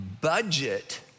budget